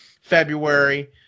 February